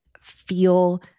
feel